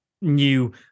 New